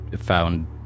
found